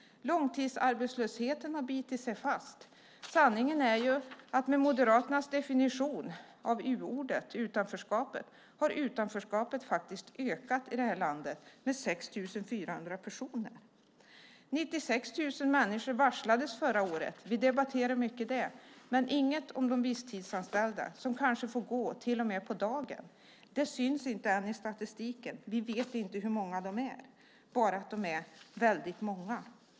Långtidsarbetslösheten har bitit sig fast. Sanningen är att med Moderaternas definition av U-ordet, utanförskapet, har utanförskapet faktiskt ökat i det här landet med 4 600 personer. 96 000 människor varslades förra året. Det debatterar vi mycket, men inget om de visstidsanställda som kanske får gå till och med på dagen. Det syns ännu inte i statistiken. Vi vet inte hur många de är, bara att de är väldigt många.